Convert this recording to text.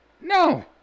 No